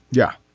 yeah.